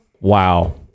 Wow